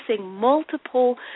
multiple